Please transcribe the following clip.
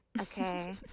Okay